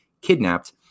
kidnapped